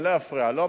אני לא אפריע לו,